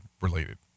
related